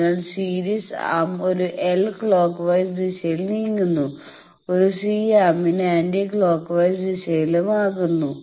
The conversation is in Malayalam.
അതിനാൽ സീരീസ് ആം ഒരു എൽ ക്ലോക്ക് വൈസ് ദിശയിൽ നീങ്ങുന്നു ഒരു സി ആമിന് ആന്റി ക്ലോക്ക് വൈസ് ദിശയിലും ആക്കുന്നു